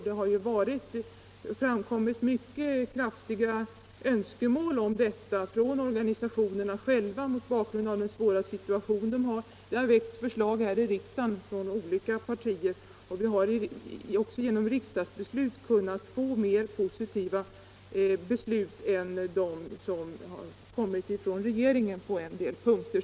Det har ju framkommit mycket starka önskemål om detta från organisationerna själva, mot bakgrund av den svåra situation de har. Det har väckts förslag här i riksdagen från olika partier och vi har också genom riksdagen kunnat få beslut om mer positiva åtgärder än dem som föreslagits av regeringen på en del punkter.